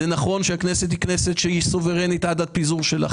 נכון שהכנסת סוברנית עד הפיזור שלה,